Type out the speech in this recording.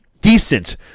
decent